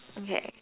okay